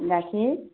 গাখীৰ